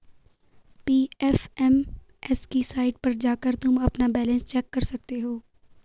PFMS की site पर जाकर तुम अपना बैलन्स चेक कर सकते हो